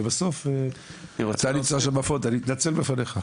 אני מתנצל בפניך.